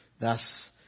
Thus